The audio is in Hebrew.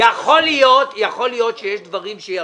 לא הייתה ירידה.